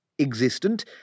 existent